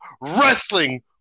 Wrestling